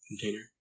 Container